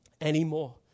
anymore